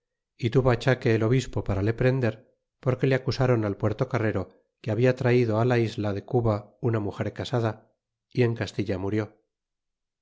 y tuvo aebaque el obispo para le prender porque le acusron al puertocarrero que habla traido la isla da d e cuba una muger casada y en castilla murió